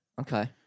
Okay